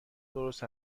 درست